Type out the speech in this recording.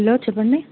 hello చెప్పండి